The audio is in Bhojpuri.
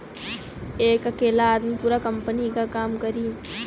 एक अकेला आदमी पूरा कंपनी क काम करी